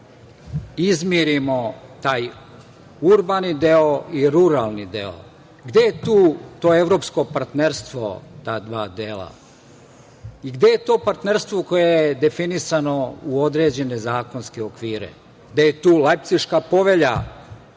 izmirimo taj urbani deo i ruralni deo? Gde je tu to evropsko partnerstvo ta dva dela? I gde je to partnerstvo koje je definisano u određene zakonske okvire? Gde je tu Lajpciška povelja